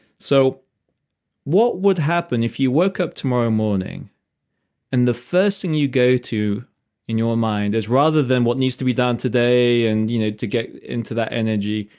so what would happen if you woke up tomorrow morning and the first thing you go to in your mind is rather than what needs to be done today and you know to get into that energy,